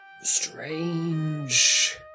strange